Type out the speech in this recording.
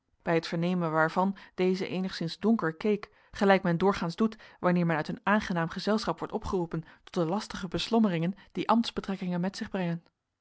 bij het vernemen waarvan deze eenigszins donker keek gelijk men doorgaans doet wanneer men uit een aangenaam gezelschap wordt opgeroepen tot de lastige beslommeringen die ambtsbetrekkingen met zich brengen